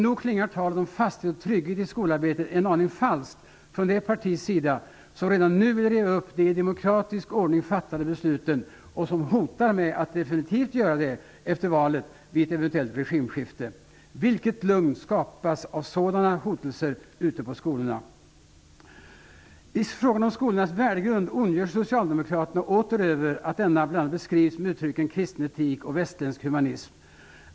Nog klingar talet om fasthet och trygghet i skolarbetet en aning falskt från det partis sida som redan nu vill riva upp de i demokratisk ordning fattade besluten och som hotar med att definitivt göra det efter valet vid ett eventuellt regimskifte. Vilket lugn skapas av sådana hotelser ute på skolorna? Socialdemokraterna ondgör sig åter över att skolans värdegrund beskrivs med uttrycket ''kristen etik och västerländsk humanism''.